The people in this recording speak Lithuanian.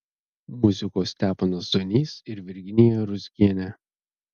muzikuos steponas zonys ir virginija ruzgienė